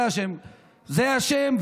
זה אשם,